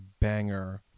banger